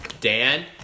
Dan